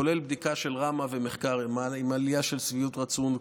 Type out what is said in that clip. כולל בדיקה של ראמ"ה ומחקר עם עלייה של שביעות רצון,